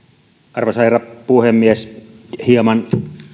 arvoisa herra puhemies hieman